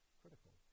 critical